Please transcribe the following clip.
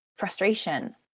frustration